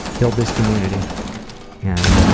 build this community and, yeah,